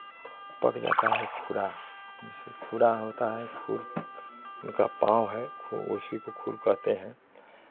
पक जाता है खुरा जैसे खुरा होता है खुर उनका पाँव है खुर उसीको खुर कहते हैं